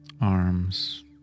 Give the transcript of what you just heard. arms